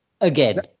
again